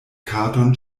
katon